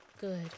Good